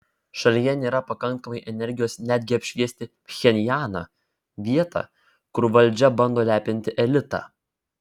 šalyje nėra pakankamai energijos netgi apšviesti pchenjaną vietą kur valdžia bando lepinti elitą